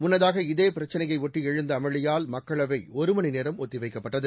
முன்னதாக இதே பிரச்சினையை ஒட்டி எழுந்த அமளியால் மக்களவை ஒருமணி நேரம் ஒத்திவைக்கப்பட்டது